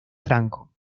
franco